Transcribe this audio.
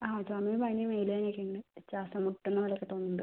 ആ ചുമയും പനിയും മേല് വേദനയൊക്കെയുണ്ട് ശ്വാസം മുട്ടുന്നപോലയൊക്കെ തോന്നുന്നുണ്ട്